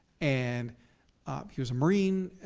and he was a marine,